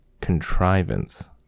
contrivance